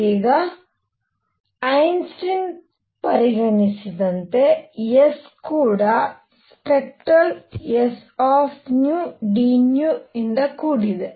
ಈಗ ಐನ್ಸ್ಟೈನ್ ಪರಿಗಣಿಸಿದಂತೆ s ಕೂಡ ಸ್ಪೆಕ್ಟ್ರಲ್ sdνಕೂಡಿದೆ